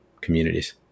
communities